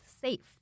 safe